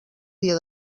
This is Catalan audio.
dia